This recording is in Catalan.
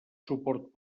suport